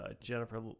Jennifer